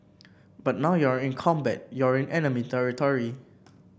but now you're in combat you're in enemy territory